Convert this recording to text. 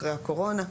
אחרי הקורונה.